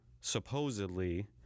supposedly